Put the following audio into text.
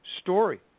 story